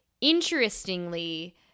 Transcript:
Interestingly